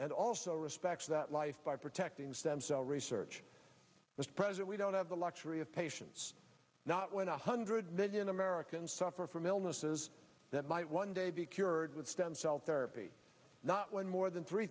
and also respects that life by protecting stem cell research this present we don't have the luxury of patients not when a hundred million americans suffer from illnesses that might one day be cured with stem cell therapy not one more than three